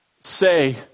say